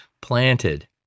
planted